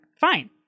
Fine